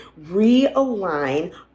realign